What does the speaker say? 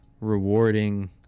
rewarding